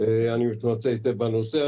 אני מתמצא היטב בנושא.